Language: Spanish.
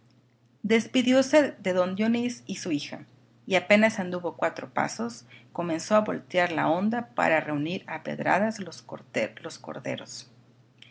despidióse de don dionís y su hija y apenas anduvo cuatro pasos comenzó a voltear la honda para reunir a pedradas los corderos